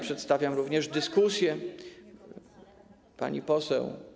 Przedstawiam również dyskusję, pani poseł.